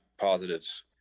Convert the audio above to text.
positives